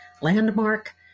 landmark